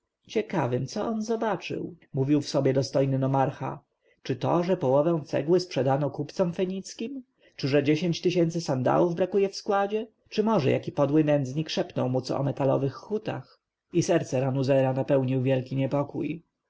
ciekawym co on zobaczył mówił w sobie dostojny nomarcha czy to że połowę cegły sprzedano kupcom fenickim czy że dziesięć tysięcy sandałów brakuje w składzie czy może jaki podły nędznik szepnął mu co o metalowych hutach i serce ranuzera napełnił wielki niepokój